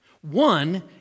One